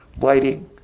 lighting